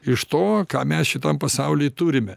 iš to ką mes šitam pasauly turime